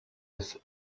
des